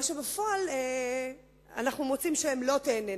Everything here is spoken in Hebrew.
ומה שבפועל אנחנו מוצאים שהן לא תיהנינה.